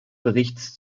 berichts